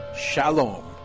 shalom